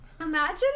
Imagine